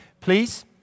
please